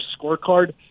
scorecard